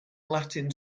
latin